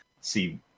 see